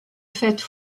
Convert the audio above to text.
fête